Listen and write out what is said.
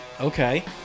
Okay